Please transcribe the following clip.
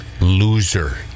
loser